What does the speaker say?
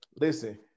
listen